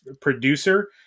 producer